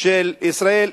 של ישראל,